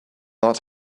not